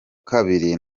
kabiri